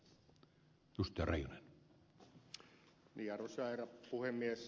arvoisa herra puhemies